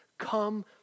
Come